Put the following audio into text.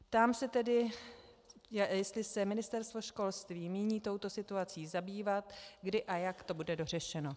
Ptám se tedy, jestli se Ministerstvo školství míní touto situací zabývat, kdy a jak to bude dořešeno.